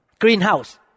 greenhouse